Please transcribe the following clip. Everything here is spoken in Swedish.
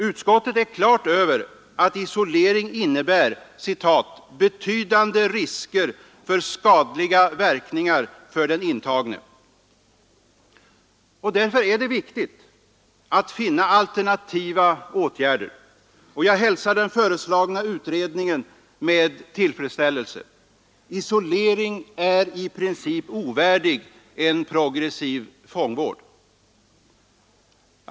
Utskottet inser till fullo att isolering innebär ”betydande risker för skadliga verkningar för den intagne”. Det är därför viktigt att finna alternativa åtgärder. Jag hälsar den föreslagna utredningen med tillfredsställelse. Isolering är i princip ovärdigt en progressiv fångvård.